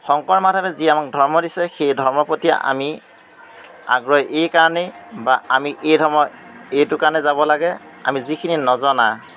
শংকৰ মাধৱে যি আমাক ধৰ্ম দিছে সেই ধৰ্মৰ প্ৰতি আমি আগ্ৰহী এই কাৰণেই বা আমি এই ধৰ্মৰ এইটো কাৰণে যাব লাগে আমি যিখিনি নজনা